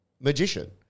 magician